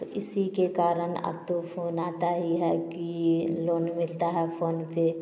तो इसी के कारण अब तो फ़ोन आता ही है कि लोन मिलता है फ़ोन पर